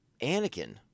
Anakin